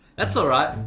that's alright.